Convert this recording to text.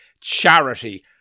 charity